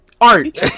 art